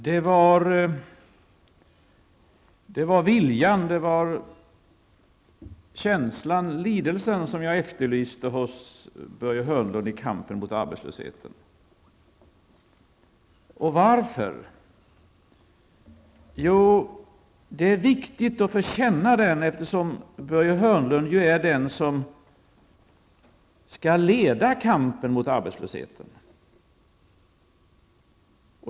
Herr talman! Det var viljan, känslan och lidelsen som jag efterlyste hos Börje Hörnlund i kampen mot arbetslösheten. Varför? Jo, det är viktigt att få känna den, eftersom Börje Hörnlund är den som skall leda kampen mot arbetslösheten.